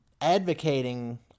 advocating